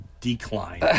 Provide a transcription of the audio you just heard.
decline